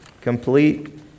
Complete